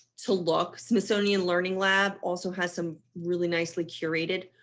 to look. smithsonian learning lab also has some really nicely curated,